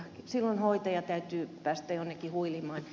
silloin hoitajan täytyy päästää jonnekin huilimaan